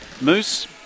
Moose